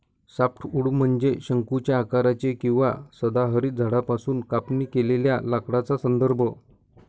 softwood म्हणजे शंकूच्या आकाराचे किंवा सदाहरित झाडांपासून कापणी केलेल्या लाकडाचा संदर्भ